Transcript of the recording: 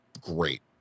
Great